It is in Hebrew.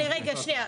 זה הכי קל.